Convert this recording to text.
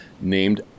named